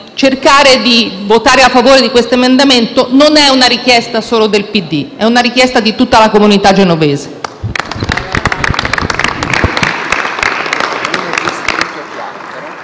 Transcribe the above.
cercare di votare a favore di questo emendamento, perché non è una richiesta solo del PD, ma di tutta la comunità genovese.